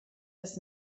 des